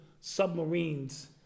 submarines